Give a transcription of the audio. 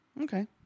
Okay